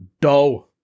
dough